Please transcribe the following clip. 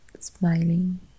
smiling